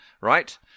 right